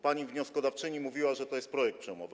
Pani wnioskodawczyni mówiła, że to jest projekt przełomowy.